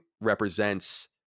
represents